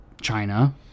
china